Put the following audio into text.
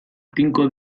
tinko